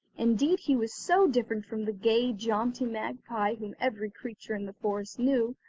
indeed he was so different from the gay, jaunty magpie whom every creature in the forest knew,